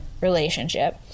relationship